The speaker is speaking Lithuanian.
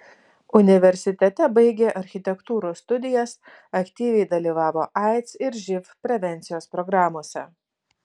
universitete baigė architektūros studijas aktyviai dalyvavo aids ir živ prevencijos programose